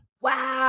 Wow